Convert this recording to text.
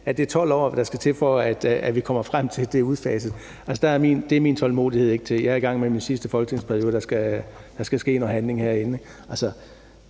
at det er 12 år, der skal til, for at vi kommer frem til, at det er udfaset. Det er min tålmodighed ikke til. Jeg er i gang med min sidste folketingsperiode, og der skal ske noget handling herinde.